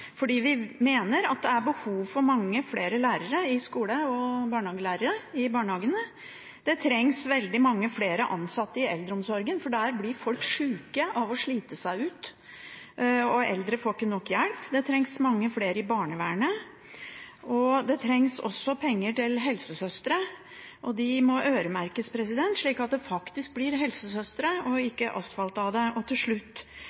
Vi mener det er behov for mange flere lærere i skolen og barnehagelærere i barnehagene. Det trengs veldig mange flere ansatte i eldreomsorgen, for der blir folk syke av å slite seg ut, og eldre får ikke nok hjelp. Det trengs mange flere i barnevernet. Det trengs også penger til helsesøstre, og de må øremerkes slik at det faktisk blir helsesøstre og ikke asfalt av dem. Til slutt